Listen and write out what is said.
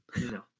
No